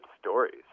stories